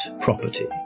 property